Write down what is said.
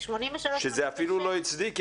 שזה אפילו הצדיק,